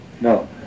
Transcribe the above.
No